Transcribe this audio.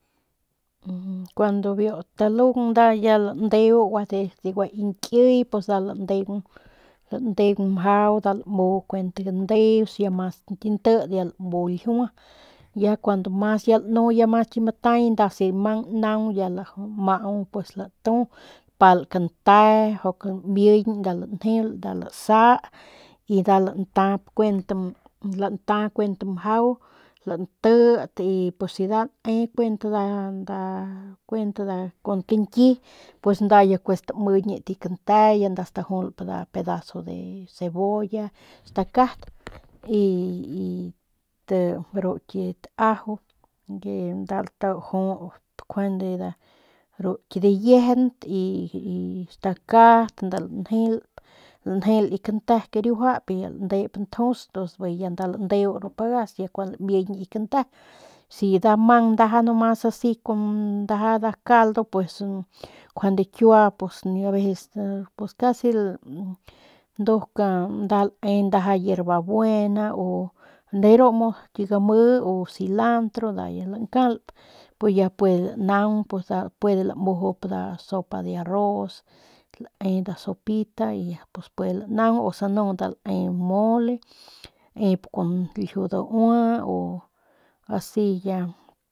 Kuandu biu ki talung nda landeu ya de gua ki ñkiy pus nda landeung pus nda landeung mjau nda lamu kuent gandeus ya mas ki nti ya nda lamu ljiua ya cuando ya mas ki matay si mang nda naung ya lamaau latu lapal kante lamiñ nda lanjeul nda lasa y nda lanta kuent lanta kuent mjau lantit y pus si nda lae kuent kun kañki pues nda kue stamiñit biu kante ya nda stajulp nda pedazo de cebolla stakat y ru kit ajo y nda stajuts ru ki diyiejent y stakat nda lanjel biu kante riujap y nda landep njus y ntus bijiy ya nda landeu ru pagas y kun lamiñ biu kante si nda mang nomas asi ndaja nda caldo pues njuande kiua o aveces pues casi nduk nda lae con ndaja yerbabuena o de ru gami o silandro nda ya lankalp pues ya puede lankalp puede lamujup nda sopa nda sopa de arroz o lae nda sopita y ya puede lanaung sanu nda lae mole laep kun lju daua o con asi ya.